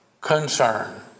concern